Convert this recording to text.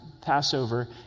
Passover